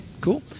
Cool